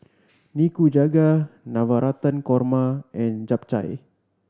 Nikujaga Navratan Korma and Japchae